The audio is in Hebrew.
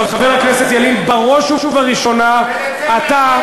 בראש ובראשונה אתה,